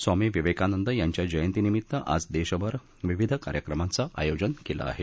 स्वामी विवेकानंद यांच्या जयंतीनिमित्त आज देशभर विविध कार्यक्रमांचं आयोजन केलं आहे